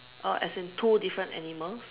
oh as in two different animals